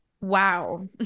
Wow